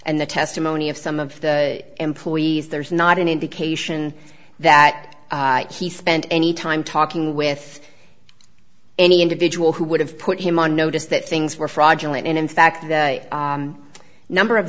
and the testimony of some of the employees there's not an indication that he spent any time talking with any individual who would have put him on notice that things were fraudulent and in fact that a number of